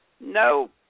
No